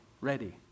ready